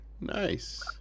Nice